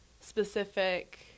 specific